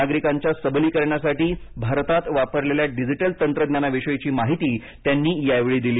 नागरिकांच्या सबलीकरणासाठी भारतात वापरलेल्या डिजिटल तंत्रज्ञानाविषयीची माहिती त्यांनी यावेळी दिली